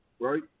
Right